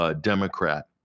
Democrat